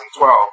2012